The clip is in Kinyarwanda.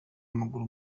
w’amaguru